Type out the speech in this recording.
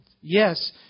yes